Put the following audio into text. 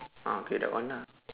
ah okay that one ah